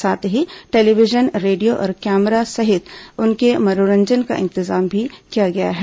साथ ही television radio और कैमरा सहित उनके मनोरंजन का इंतजाम भी किया गया है